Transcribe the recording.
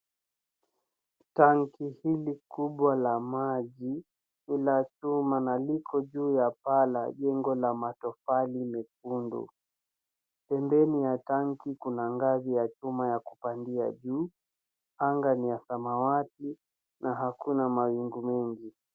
Tangi hili kubwa la maji, ni la chuma na liko juu ya paa la jengo la matofali mekundu. Pembeni ya tanki kuna ngazi ya chuma ya kupandia juu. Anga ni ya samawati na hakuna mawingu mengi.